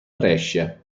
brescia